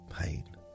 pain